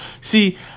See